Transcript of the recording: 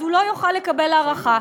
הוא לא יוכל לקבל הארכה.